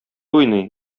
уйный